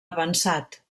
avançat